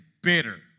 bitter